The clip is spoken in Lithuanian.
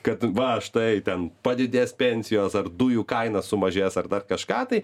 kad va štai ten padidės pensijos ar dujų kaina sumažės ar dar kažką tai